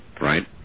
Right